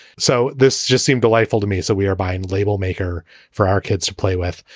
so this just seemed delightful to me. so we are buying label maker for our kids to play with.